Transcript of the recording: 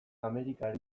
amerikar